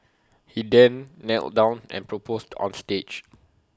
he then knelt down and proposed on stage